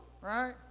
right